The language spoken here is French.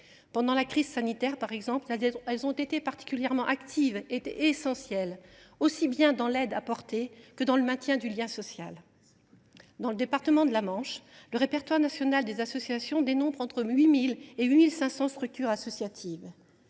Pendant la crise sanitaire, elles ont été particulièrement actives et essentielles aussi bien dans l’aide apportée que dans le maintien du lien social. Dans le département de la Manche, le répertoire national des associations dénombre entre 8 000 et 8 500 structures associatives.